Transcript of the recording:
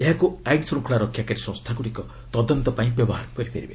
ଏହାକୁ ଆଇନ୍ ଶୃଙ୍ଖଳା ରକ୍ଷାକାରୀ ସଂସ୍ଥାଗୁଡ଼ିକ ତଦନ୍ତ ପାଇଁ ବ୍ୟବହାର କରିପାରିବେ